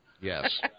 Yes